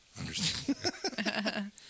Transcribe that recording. understand